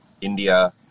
India